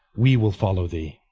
we will follow thee